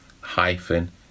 hyphen